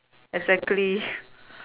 exactly